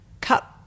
cut